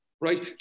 right